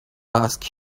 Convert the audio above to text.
ask